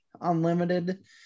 unlimited